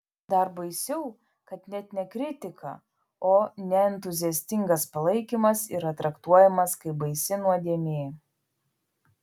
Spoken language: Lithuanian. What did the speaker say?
dar baisiau kad net ne kritika o neentuziastingas palaikymas yra traktuojamas kaip baisi nuodėmė